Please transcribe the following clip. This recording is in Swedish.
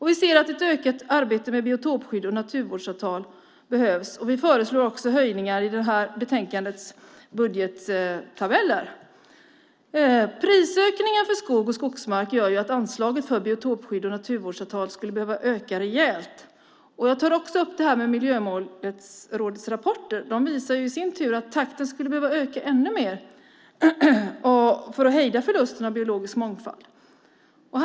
Vi ser att ett ökat arbete med biotopskydd och naturvårdsavtal behövs. Vi föreslår också höjningar i betänkandets budgettabeller. Prisökningen för skog och skogsmark gör att anslaget för biotopskydd och naturvårdsavtal skulle behöva öka rejält. Jag vill ta upp Miljömålsrådets rapporter. De visar i sin tur att takten skulle behöva öka ännu mer för att förlusten av biologisk mångfald ska kunna hejdas.